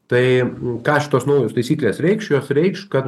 tai ką šitos naujos taisyklės reikš jos reikš kad